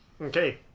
Okay